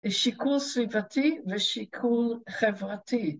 שיקול סביבתי ושיקול חברתי.